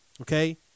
okay